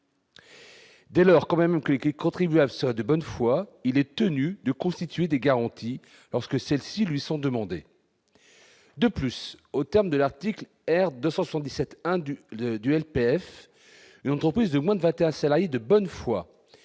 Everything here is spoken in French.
Dès leur quand même que les contribuables soient de bonne foi, il est tenue de constituer des garanties lorsque celles-ci lui sont demandés de plus au terme de l'article R. 277 de duels PF et entreprises de moins de 21 salariés de bonne foi